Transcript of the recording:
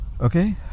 okay